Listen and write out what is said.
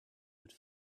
would